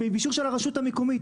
באישור של הרשות המקומית,